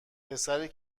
پسری